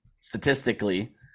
statistically